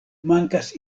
mankas